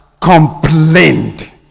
complained